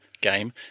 game